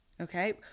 okay